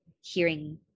hearing